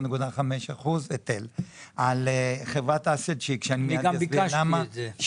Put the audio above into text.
14.5%; על חברת --- אני גם ביקשתי את זה.